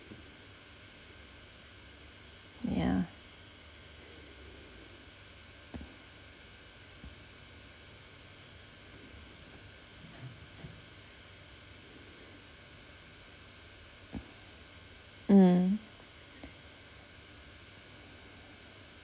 yeah mm